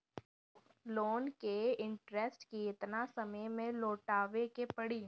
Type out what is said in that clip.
Loan के interest केतना समय में लौटावे के पड़ी?